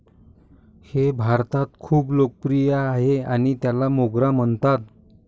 हे भारतात खूप लोकप्रिय आहे आणि त्याला मोगरा म्हणतात